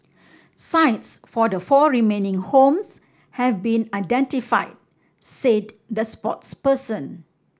sites for the four remaining homes have been identified said the spokesperson